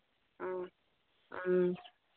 ꯎꯝ ꯎꯝ